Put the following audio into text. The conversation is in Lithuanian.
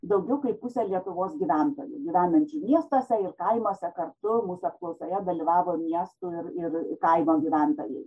daugiau kaip pusė lietuvos gyventojų gyvenančių miestuose ir kaimuose kartu mūsų apklausoje dalyvavo miestų ir kaimo gyventojai